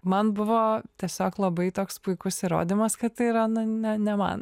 man buvo tiesiog labai toks puikus įrodymas kad tai yra na ne ne man